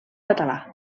català